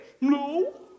No